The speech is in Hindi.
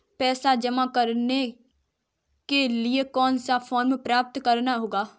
पैसा जमा करने के लिए कौन सा फॉर्म प्राप्त करना होगा?